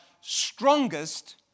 strongest